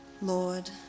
Lord